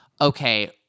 okay